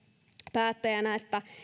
päättäjänä että